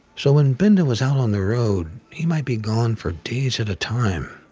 so when binda was out on the road he might be gone for days at a time,